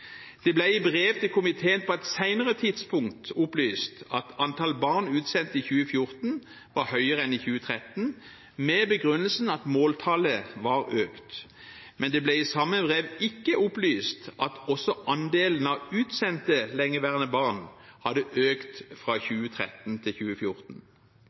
Det ble i brev til komiteen på et senere tidspunkt opplyst at antall barn utsendt i 2014 var høyere enn i 2013, med begrunnelsen at måltallet var økt. Men det ble i samme brev ikke opplyst at også andelen av utsendte lengeværende barn hadde økt fra 2013 til 2014.